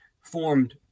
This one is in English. formed